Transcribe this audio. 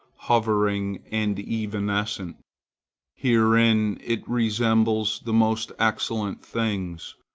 hovering and evanescent. herein it resembles the most excellent things,